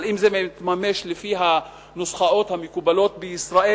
אבל אם זה יתממש לפי הנוסחאות המקובלות בישראל,